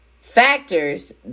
factors